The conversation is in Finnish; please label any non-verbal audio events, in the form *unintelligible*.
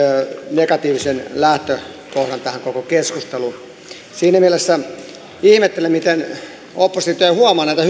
negatiivisen lähtökohdan tähän koko keskusteluun siinä mielessä ihmettelen miten oppositio ei huomaa näitä *unintelligible*